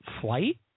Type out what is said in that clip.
flight